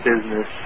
business